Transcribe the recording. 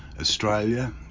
Australia